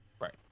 Right